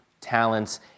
talents